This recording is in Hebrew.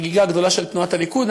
החגיגה הגדולה של תנועת הליכוד.